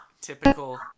typical